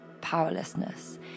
powerlessness